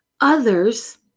Others